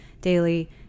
daily